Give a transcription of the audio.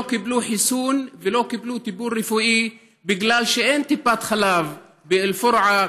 קיבלו חיסון ולא קיבלו טיפול רפואי כי אין טיפת חלב באל-פורעה,